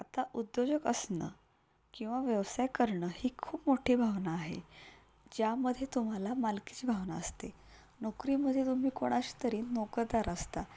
आता उद्योजक असणं किंवा व्यवसाय करणं ही खूप मोठी भावना आहे ज्यामध्ये तुम्हाला मालकीची भावना असते नोकरीमध्ये तुम्ही कोणाशी तरी नोकरदार असता